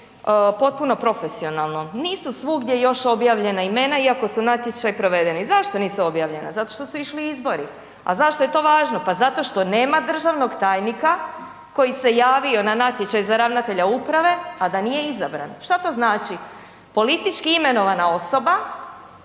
potpuno profesionalno. Nisu svugdje još objavljena imena iako su natječaji provedeni. Zašto nisu objavljena? Zato što su išli izbori. A zašto je to važno? Pa zato što nema državnog tajnika koji se javio na natječaj za ravnatelja uprave, a da nije izabran. Šta to znači? Politički imenovana osoba